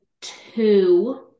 two